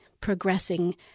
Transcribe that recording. progressing